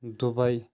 Dubai